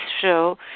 show